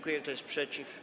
Kto jest przeciw?